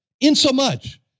insomuch